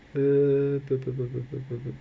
uh